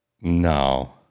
no